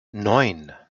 neun